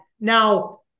Now